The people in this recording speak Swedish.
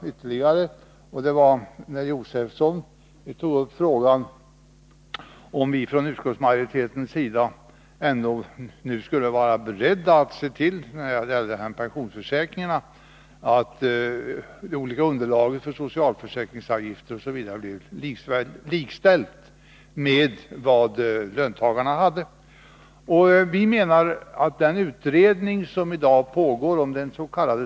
Stig Josefson frågade om vi från utskottsmajoriteten när det gäller pensionsförsäkringen var beredda att se till att de olika underlagen för socialförsäkringsavgiften blir likställda med vad som gäller för löntagare. Den utredning som i dag pågår om dens.k.